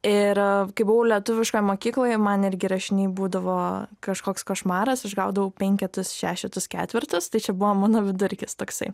ir kai buvau lietuviškoj mokykloj man irgi rašiniai būdavo kažkoks košmaras aš gaudavau penketus šešetus ketvertus tai čia buvo mano vidurkis toksai